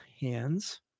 hands